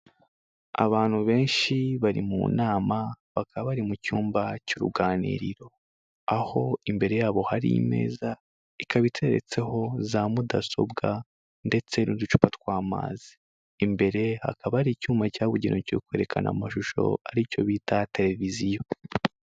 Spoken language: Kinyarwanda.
Abantu benshi bari mu nama bakaba bari mu cyumba cy'uruganiriro, aho imbere yabo hari imeza ikaba iteretseho za mudasobwa ndetse n'uducupa twamazi. Imbere hakaba hari icyuma cyabugenewe cyo kwerekana amashusho aricyo bita televiziyo.